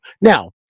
Now